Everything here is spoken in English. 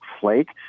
Flake